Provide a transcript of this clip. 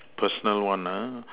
personal one uh